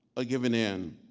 ah giving in,